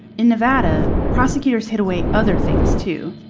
in nevada, prosecutors hid away other things too.